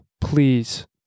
Please